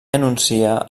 anuncia